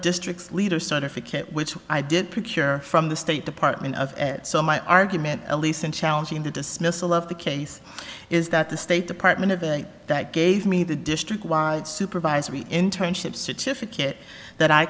district leader certificate which i did procure from the state department of ed so my argument at least in challenging the dismissal of the case is that the state department of the that gave me the district wide supervisory internship certificate that i